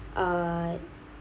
uh